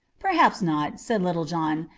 perhaps not, said little john,